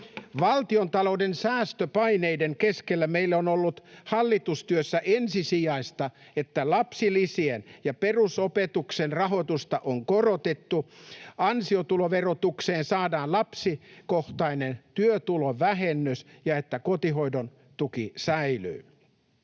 Valtiontalouden säästöpaineiden keskellä meille on ollut hallitustyössä ensisijaista, että lapsilisien ja perusopetuksen rahoitusta on korotettu, ansiotuloverotukseen saadaan lapsikohtainen työtulovähennys ja että kotihoidon tuki säilyy.